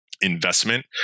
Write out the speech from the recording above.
investment